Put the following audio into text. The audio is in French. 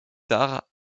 tard